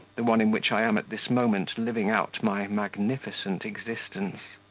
the one in which i am at this moment living out my magnificent existence.